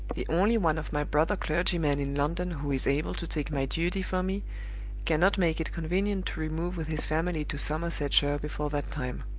the only one of my brother-clergymen in london who is able to take my duty for me cannot make it convenient to remove with his family to somersetshire before that time.